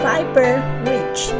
Fiber-rich